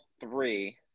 three